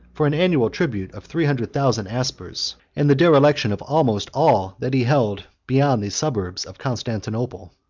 for an annual tribute of three hundred thousand aspers, and the dereliction of almost all that he held beyond the suburbs of constantinople.